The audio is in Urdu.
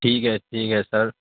ٹھیک ہے ٹھیک ہے سر